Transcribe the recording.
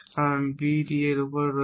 কারণ B D এর উপর রয়েছে